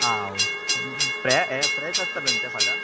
आं fresh fresh आसतले ते फाल्यां